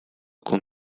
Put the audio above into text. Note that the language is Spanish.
con